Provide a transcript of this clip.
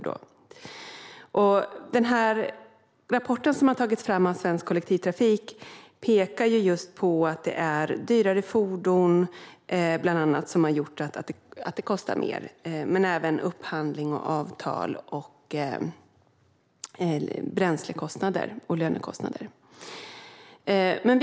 Den rapport som har tagits fram av Svensk Kollektivtrafik pekar på att det bland annat är dyrare fordon som har gjort att det kostar mer, men även kostnaderna för upphandling, avtal, bränsle och löner har ökat.